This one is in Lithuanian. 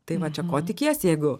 tai va čia ko tikiesi jeigu